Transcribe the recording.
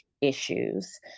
issues